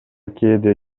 кээде